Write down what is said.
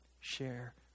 Share